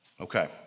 Okay